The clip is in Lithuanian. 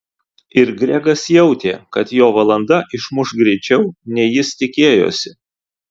ir gregas jautė kad jo valanda išmuš greičiau nei jis tikėjosi